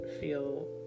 feel